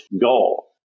goal